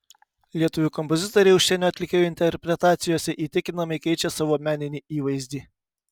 lietuvių kompozitoriai užsienio atlikėjų interpretacijose įtikinamai keičia savo meninį įvaizdį